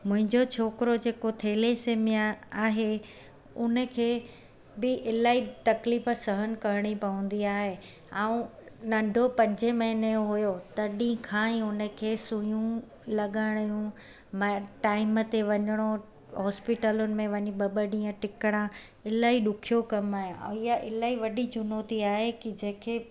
मुंहिंजो छोकिरो जेको थेलेसेमिया आहे उनखे बि इलाही तकलीफ़ सहन करणी पवंदी आहे ऐं नंढो पंजे महीने जो हुयो तॾहिं खां ई उनखे सुयूं लॻाइणियूं माय टाइम ते वञिणो हॉस्पिटलुनि में वञी ॿ ॿ ॾींहं टिकणा इलाही ॾुखियो कमु आहे ऐं इहा इलाही वॾी चुनौती आहे की जंहिंखे